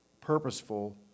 purposeful